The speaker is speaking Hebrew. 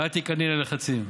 ואל תיכנעי ללחצים.